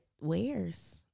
wears